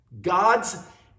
God's